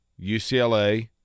UCLA